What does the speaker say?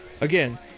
Again